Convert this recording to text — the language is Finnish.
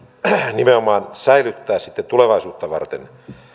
nimenomaan säilyttää tulevaisuutta varten